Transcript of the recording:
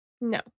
No